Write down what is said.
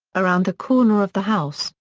around the corner of the house,